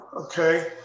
Okay